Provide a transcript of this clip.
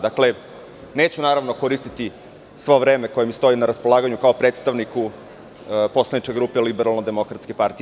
Dakle, neću naravno koristiti svo vreme koje mi stoji na raspolaganju kao predstavniku poslaničke grupe Liberalne demokratske partije.